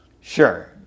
Sure